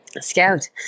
Scout